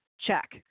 Check